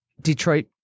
Detroit